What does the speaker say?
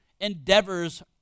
endeavors